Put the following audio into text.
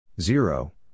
Zero